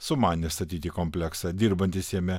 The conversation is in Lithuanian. sumanę statyti kompleksą dirbantys jame